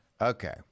Okay